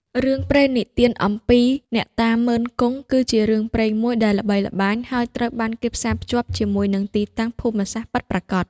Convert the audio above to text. រឿងព្រេងនិទានអំពី អ្នកតាម៉ឺន-គង់ គឺជារឿងព្រេងមួយដែលល្បីល្បាញ ហើយត្រូវបានគេផ្សារភ្ជាប់ជាមួយនឹងទីតាំងភូមិសាស្ត្រពិតប្រាកដ។